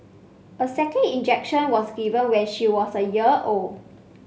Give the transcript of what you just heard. a second injection was given when she was a year old